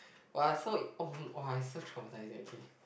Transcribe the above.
!wah! so um !wah! it's so traumatising okay